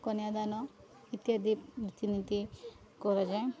କନ୍ୟାଦାନ ଇତ୍ୟାଦି ରୀତିନୀତି କରାଯାଏ